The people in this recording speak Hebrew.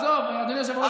אז תגיד לנו מה אמרת.